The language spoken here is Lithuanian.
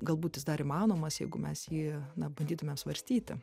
galbūt jis dar įmanomas jeigu mes jį na bandytumėm svarstyti